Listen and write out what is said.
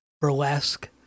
burlesque